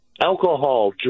alcohol